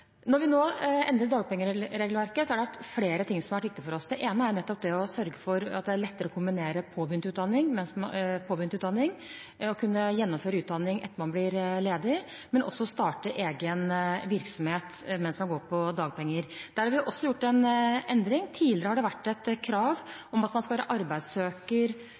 Når vi nå endrer dagpengeregelverket, er det flere ting som har vært viktig for oss. Det ene er nettopp det å sørge for at det er lettere å kombinere påbegynt utdanning med å kunne gjennomføre utdanning etter at man har blitt ledig, men også å starte egen virksomhet mens man går på dagpenger. Der har vi også gjort en endring. Tidligere har det vært et krav om at man måtte være arbeidssøker